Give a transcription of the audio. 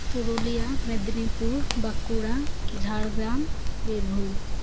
Purulia Medinipur Bankura Jhargram Birbhum